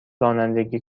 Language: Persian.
رانندگی